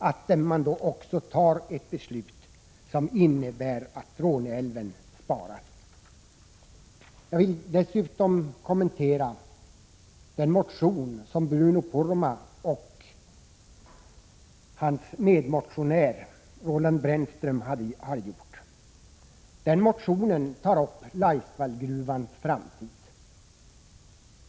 Herr talman! Jag vill först kommentera det beslut som vi morgon skall fatta beträffande Råneälven, vilken kommer att föras in i naturresurslagen som en för framtiden skyddad älv. Från början var vi i vpk ensamma när det gäller den politiska ståndpunkten i detta sammanhang. Vi har nu fått stöd, och det gör att vi kan hoppas på morgondagens votering. Vi hoppas alltså att man då fattar ett beslut som innebär att Råneälven sparas. Dessutom vill jag kommentera den motion som Bruno Poromaa och hans medmotionär har väckt. I motionen tas frågan om Laisvallgruvans framtid upp.